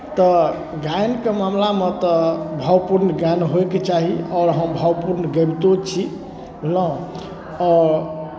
तऽ गायनके मामलामे तऽ भावपूर्ण गायन होइके चाही आओर हम भावपूर्ण गबितो छी बुझलहुँ आओर